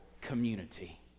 community